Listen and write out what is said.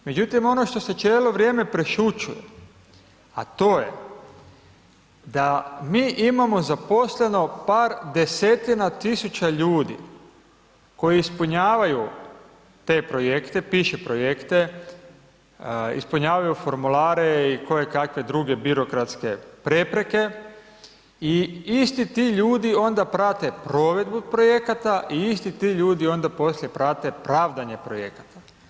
Međutim, ono što se cijelo vrijeme prešućuje, a to je da mi imamo zaposleno par desetina tisuća ljudi koji ispunjavaju te projekte, piše projekte, ispunjavaju formulare i kojekakve druge birokratske prepreke i isti ti ljudi onda prate provedbu projekata i isti ti ljudi onda poslije prate pravdanje projekata.